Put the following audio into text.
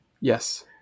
Yes